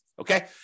okay